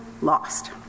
lost